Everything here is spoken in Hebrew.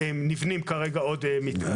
ונבנים כרגע עוד מפעלים.